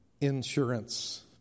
insurance